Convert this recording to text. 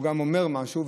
הוא גם אומר משהו.